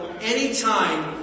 anytime